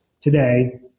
today